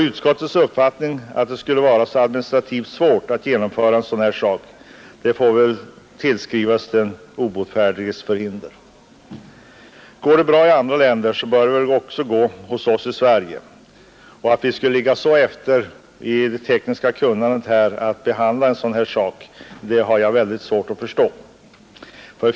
Utskottets uppfattning att det skulle vara administrativt besvärligt att genomföra en sådan sak får väl anses som den obotfärdiges förhinder. Går det bra i andra länder bör det också gå hos oss i Sverige. Jag har mycket svårt att förstå att vi skulle ligga så efter i det tekniska kunnandet att vi inte skulle kunna genomföra en sådan reform.